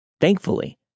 Thankfully